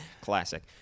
Classic